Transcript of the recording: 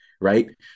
Right